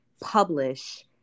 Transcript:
publish